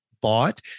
bought